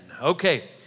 Okay